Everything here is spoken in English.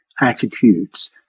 attitudes